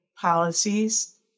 policies